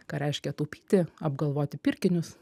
ką reiškia taupyti apgalvoti pirkinius